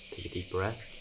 a deep breath.